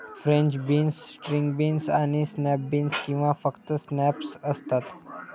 French beans, string beans आणि snap beans किंवा फक्त स्नॅप्स असतात